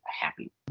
happy